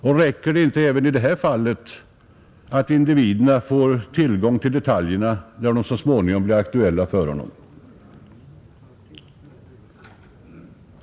Och räcker det inte också i detta fall med att individerna får tillgång till detaljerna när de så småningom blir aktuella för honom?